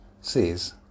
says